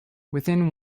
within